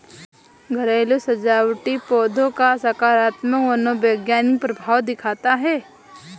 घरेलू सजावटी पौधों का सकारात्मक मनोवैज्ञानिक प्रभाव दिखता है